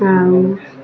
ଆଉ